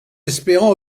espérant